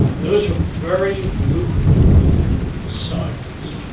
those are very lucrative assignments.